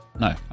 No